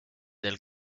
del